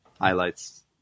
highlights